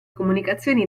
comunicazioni